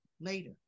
later